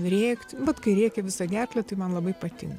rėkti vat kai rėkia visa gerkle tai man labai patinka